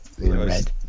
red